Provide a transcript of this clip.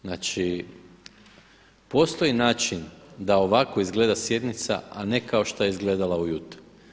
Znači, postoji način da ovako izgleda sjednica, a ne kao što je izgledala ujutro.